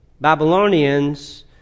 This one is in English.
Babylonians